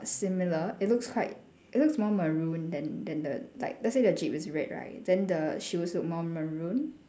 similar it looks quite it looks more maroon than than the like let's say the jeep is red right then the shoes look more maroon